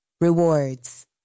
Rewards